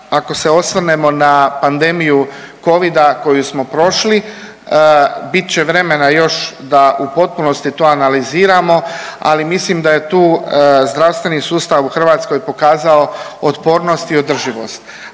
ako se osvrnemo na pandemiju Covida koju smo prošli, bit će vremena još da u potpunosti to analiziramo, ali mislim da je tu zdravstveni sustav u Hrvatskoj pokazao otpornost i održivost.